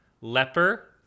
leper